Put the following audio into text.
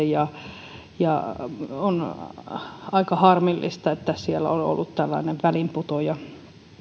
ja ja on aika harmillista että siellä on ollut tällainen väliinputoajaryhmä